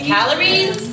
Calories